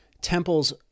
Temples